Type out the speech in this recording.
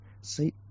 see